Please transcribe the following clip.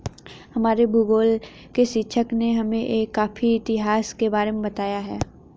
हमारे भूगोल के शिक्षक ने हमें एक कॉफी इतिहास के बारे में बताया